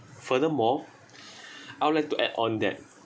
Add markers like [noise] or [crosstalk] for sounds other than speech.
furthermore [breath] I would like to add on that